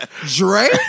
Dre